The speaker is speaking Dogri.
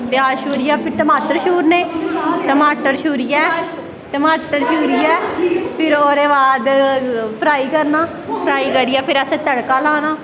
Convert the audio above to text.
प्याज छूरियै फ्ही टमाटर छूरने टमाटर छूरियै टमाटर छूरियै फिर ओह्दे बाद फ्राई करना फ्राई करियै फिर असैं तड़का लाना